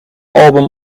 album